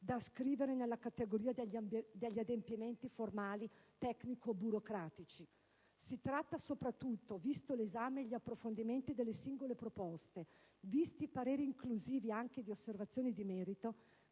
da ascrivere nella categoria degli adempimenti formali tecnico-burocratici; si tratta soprattutto, visto l'esame e gli approfondimenti delle singole proposte e visti i pareri inclusivi anche di osservazioni di merito,